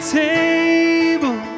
table